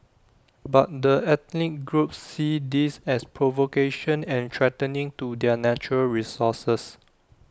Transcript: but the ethnic groups see this as provocation and threatening to their natural resources